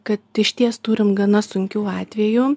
kad išties turim gana sunkių atvejų